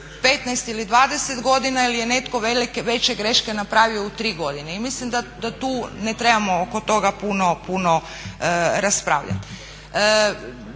15 ili 20 godina ili je netko veće greške napravio u 3 godine. I mislim da tu ne trebamo oko toga puno raspravljati.